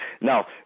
Now